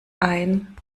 ein